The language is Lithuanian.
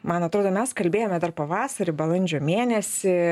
man atrodo mes kalbėjome dar pavasarį balandžio mėnesį